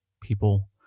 people